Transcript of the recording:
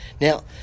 Now